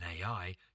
AI